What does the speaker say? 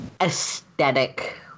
aesthetic